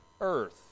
earth